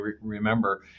remember